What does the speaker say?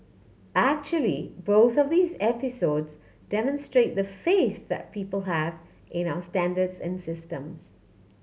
actually both of these episodes demonstrate the faith that people have in our standards and systems